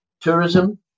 tourism